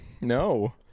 No